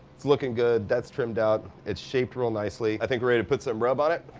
it's looking good. that's trimmed out. it's shaped real nicely. i think we're ready to put some rub on it.